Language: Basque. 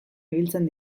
ibiltzen